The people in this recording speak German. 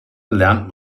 lernt